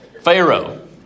Pharaoh